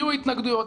יהיו התנגדויות,